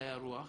למדעי הרוח.